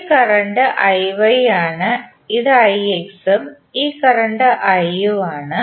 ഈ കറണ്ട് ആണ് ഇത് ഉം ഈ കറണ്ട് I ഉം ആണ്